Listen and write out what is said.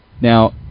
now